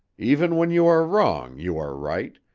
even when you are wrong you are right,